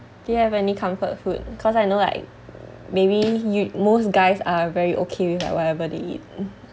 do you have any comfort food because I know like maybe you'd most guys are very okay with like whatever they eat